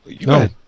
No